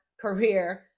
career